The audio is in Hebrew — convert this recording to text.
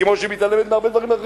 כמו שהיא מתעלמת מהרבה דברים אחרים,